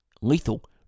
lethal